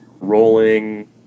rolling